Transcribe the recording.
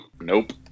nope